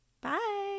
bye